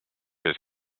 his